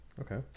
Okay